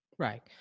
Right